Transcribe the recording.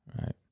right